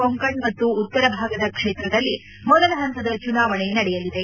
ಕೊಂಕಣ್ ಮತ್ತು ಉತ್ತರ ಭಾಗದ ಕ್ಷೇತ್ರದಲ್ಲಿ ಮೊದಲ ಹಂತದ ಚುನಾವಣೆ ನಡೆಯಲಿದೆ